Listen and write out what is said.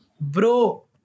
Bro